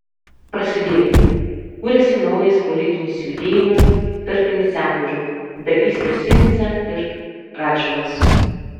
prasidėjo kuriasi naujas politinis judėjimas tarp iniciatorių dagys ir sinica ir radžvilas